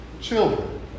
children